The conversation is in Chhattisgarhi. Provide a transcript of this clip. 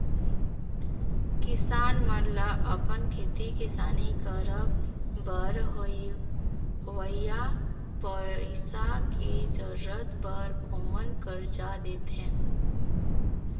किसान मन ल अपन खेती किसानी करे बर होवइया पइसा के जरुरत बर ओमन करजा देथे